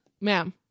ma'am